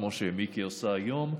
כמו שמיקי עושה היום.